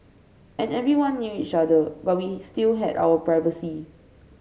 and everyone knew each other but we still had our privacy